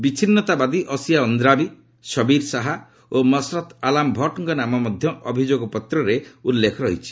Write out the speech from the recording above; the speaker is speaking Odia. ବିଛିନ୍ନତାବାଦୀ ଅସିୟା ଅନ୍ଦ୍ରାବି ଶବୀର ଶାହା ଓ ମସରତ୍ ଆଲାମ ଭଟ୍ଟ ଙ୍କ ନାମ ମଧ୍ୟ ଅଭିଯୋଗପତ୍ରରେ ଉଲ୍ଲେଖ ରହିଛି